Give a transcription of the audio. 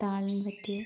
പത്ത് ആളിന് പറ്റിയ